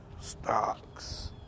Stocks